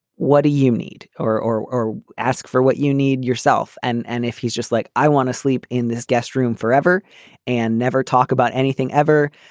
what do you need or or ask for what you need yourself? and and if he's just like, i want to sleep in this guest room forever and never talk about anything ever.